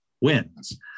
wins